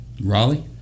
Raleigh